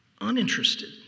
uninterested